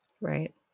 Right